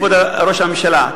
כבוד ראש הממשלה,